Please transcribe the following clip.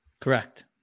Correct